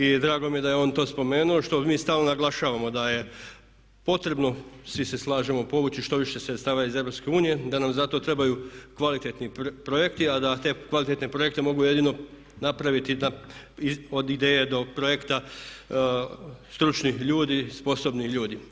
I drago mi je da je on to spomenuo što mi stalno naglašavamo da je potrebno, svi se slažemo, povući što više sredstava iz EU, da nam za to trebaju kvalitetni projekti, a da te kvalitetne projekte mogu jedino napraviti od ideje do projekta stručni ljudi, sposobni ljudi.